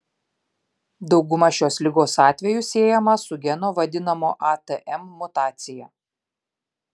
dauguma šios ligos atvejų siejama su geno vadinamo atm mutacija